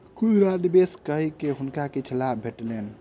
खुदरा निवेश कय के हुनका किछ लाभ भेटलैन